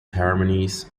harmonies